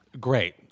Great